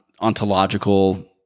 ontological